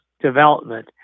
development